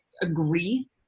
agree